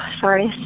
Sorry